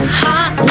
hot